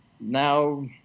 now